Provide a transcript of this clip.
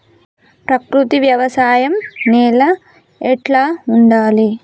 ప్రకృతి వ్యవసాయం నేల ఎట్లా ఉండాలి?